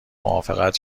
موافقت